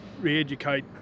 re-educate